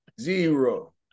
zero